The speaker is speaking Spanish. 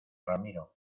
ramiro